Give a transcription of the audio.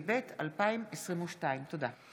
התשפ"ב 2022. תודה.